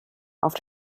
auf